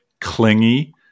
clingy